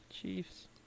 Chiefs